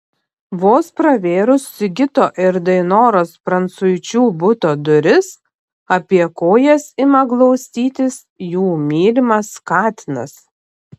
vos pravėrus sigito ir dainoros prancuičių buto duris apie kojas ima glaustytis jų mylimas katinas